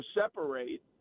separate